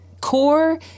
core